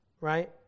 right